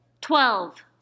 Twelve